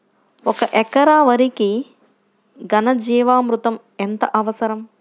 ఒక ఎకరా వరికి ఘన జీవామృతం ఎంత అవసరం?